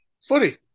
footy